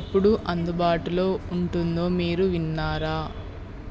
ఎప్పుడు అందుబాటులో ఉంటుందో మీరు విన్నారా